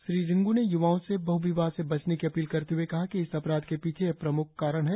श्रीमती रिंग् ने य्वाओं से बह विवाह से बचने की अपील करते हुए कहा कि इस अपराध के पीछे यह प्रमुख कारण है